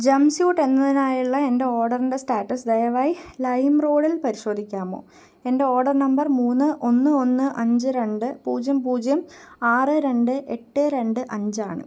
gem suit എന്നതിനായുള്ള എന്റെ ഓഡറിന്റെ സ്റ്റാറ്റസ് ദയവായി ലൈമ്റോഡിൽ പരിശോധിക്കാമോ എന്റെ ഓഡർ നമ്പർ മൂന്ന് ഒന്ന് ഒന്ന് അഞ്ച് രണ്ട് പൂജ്യം പൂജ്യം ആറ് രണ്ട് എട്ട് രണ്ട് അഞ്ച് ആണ്